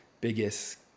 biggest